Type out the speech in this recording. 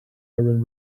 iron